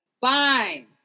fine